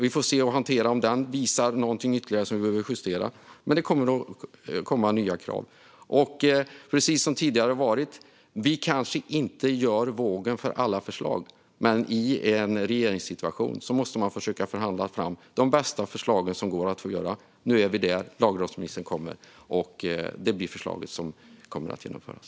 Vi får se och hantera om den visar någonting ytterligare som vi behöver justera. Men det kommer att komma nya krav. Precis som tidigare kanske vi inte gör vågen för alla förslag, men i en regeringssituation måste man försöka förhandla fram de bästa förslagen som går att få fram. Nu är vi där. Lagrådsremissen kommer, och det blir förslaget som kommer att genomföras.